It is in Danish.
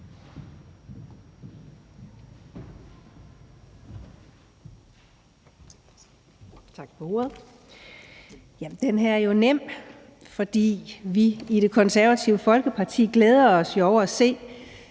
Tak for ordet. Den her er jo nem. For vi i Det Konservative Folkeparti glæder os over at se,